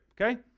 okay